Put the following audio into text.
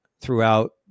throughout